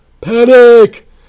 panic